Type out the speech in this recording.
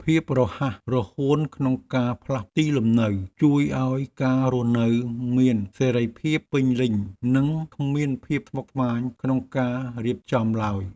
ភាពរហ័សរហួនក្នុងការផ្លាស់ទីលំនៅជួយឱ្យការរស់នៅមានសេរីភាពពេញលេញនិងគ្មានភាពស្មុគស្មាញក្នុងការរៀបចំឡើយ។